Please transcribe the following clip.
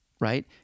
Right